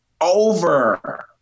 over